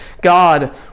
God